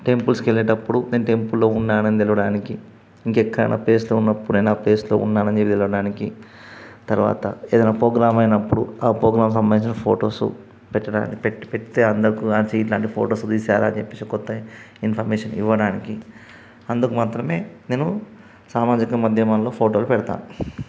టెంపుల్స్కి వెళ్ళేటప్పుడు నేను టెంపుల్లో ఉన్నానని తెలవడానికి ఇంకెక్కడైనా ప్లేస్లో ఉన్నప్పుడైనా ఆ ప్లేస్లో ఉన్నానని తెలవడానికి తరువాత ఏదైనా ప్రోగ్రాం అయినప్పుడు ఆ ప్రోగ్రాంకి సంబంధించిన ఫోటోసు పెట్టడానికి పెట్టి పెట్టితే అందుకు అచ్చి ఇలాంటి ఫోటోస్ తీసారా అని కొత్త ఇన్ఫర్మేషన్ ఇవ్వడానికి అందుకు మాత్రమే నేను సామాజిక మధ్యమాల్లో ఫోటోలు పెడతాను